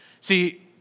See